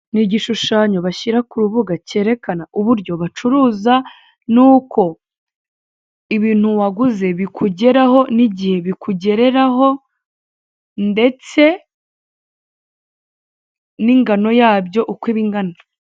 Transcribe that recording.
Ni igishushanyo bashyira kurubuga cyerekana uburyo bacuruza, n'uko ibintu waguze bikugeraho n'igihe bikugereraho ndetse n'ingano yabyo uko iba ingana.